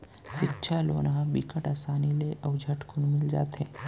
सिक्छा लोन ह बिकट असानी ले अउ झटकुन मिल जाथे